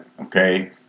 Okay